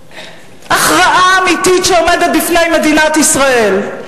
הכרעה אמיתית שעומדת בפני מדינת ישראל,